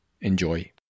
Enjoy